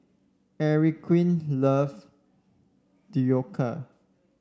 Enrique loves Dhokla